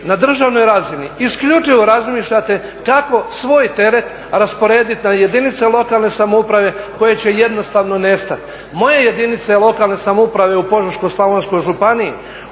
na državnoj razini isključivo razmišljate kako svoj teret rasporediti na jedinice lokalne samouprave koje će jednostavno nestati. Moje jedinice lokalne samouprave u Požeško-slavonskoj županiji